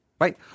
right